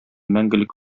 мәңгелек